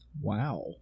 Wow